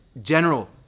General